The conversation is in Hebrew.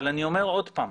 אבל אני אומר עוד פעם,